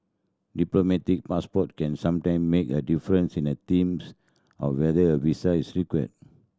diplomatic passport can sometime make a difference in a teams of whether a visa is required